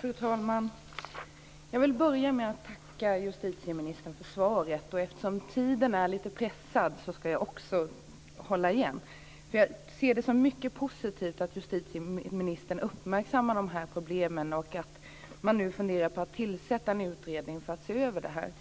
Fru talman! Jag vill börja med att tacka justitieministern för svaret. Eftersom tiden är pressad ska jag hålla igen något. Jag ser det som positivt att justitieministern uppmärksammar problemen och att man nu funderar på att tillsätta en utredning som ska se över problemen.